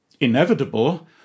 inevitable